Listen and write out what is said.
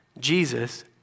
Jesus